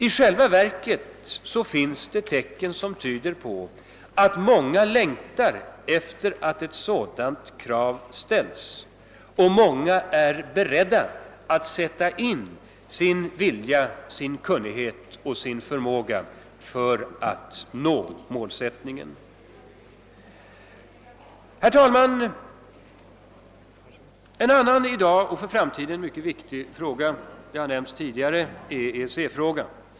I själva verket finns det tecken som tyder på att många längtar efter att ett sådant krav ställs, och många är beredda att sätta in sin vilja, kunnighet och förmåga för att nå målet. Herr talman! En annan i dag och för framtiden mycket viktig fråga är som tidigare nämnts EEC-frågan.